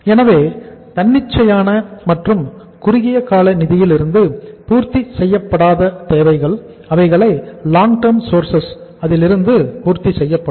எனவே தன்னிச்சையான மற்றும் குறுகிய கால நிதியிலிருந்து பூர்த்தி செய்யப்படாத தேவைகள் அவைகளை லாங் டேர்ம் சோர்சஸ் லிருந்து பூர்த்தி செய்யப்படும்